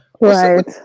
Right